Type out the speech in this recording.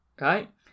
right